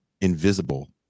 invisible